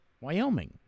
Wyoming